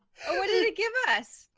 what did it give us